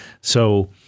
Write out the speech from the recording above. So-